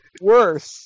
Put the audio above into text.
worse